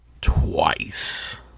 Twice